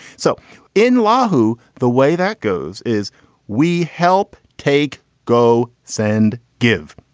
so in law, who the way that goes is we help take. go. send, give.